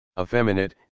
Effeminate